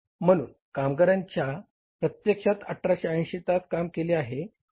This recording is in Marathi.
म्हणून कामगारांनी प्रत्यक्षात 1880 तास काम केले आहे